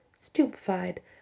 stupefied